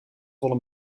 volle